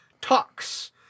talks